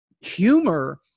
humor